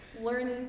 Learning